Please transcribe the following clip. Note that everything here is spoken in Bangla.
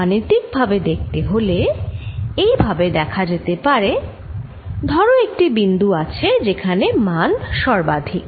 গাণিতিক ভাবে দেখতে হলে এই ভাবে দেখা যেতে পারে ধর একটি বিন্দু আছে যেখানে মান সর্বাধিক